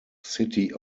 city